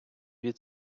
від